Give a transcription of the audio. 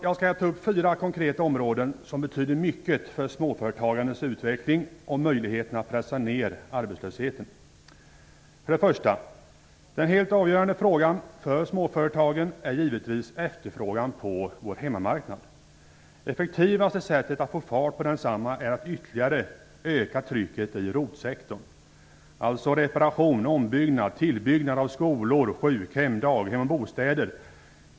Jag skall ta upp fyra konkreta områden som betyder mycket för småföretagandets utveckling och för möjligheten att pressa ned arbetslösheten. För det första: Den helt avgörande frågan för småföretagen är givetvis efterfrågan på vår hemmamarknad. Det effektivaste sättet att få fart på densamma är att ytterligare öka trycket i ROT-sektorn - alltså reparation, ombyggnad, tillbyggnad av skolor, sjukhem, daghem och bostäder.